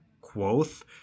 Quoth